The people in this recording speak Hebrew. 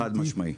חד משמעית.